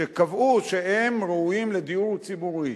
שקבעו שהן ראויות לדיור ציבורי.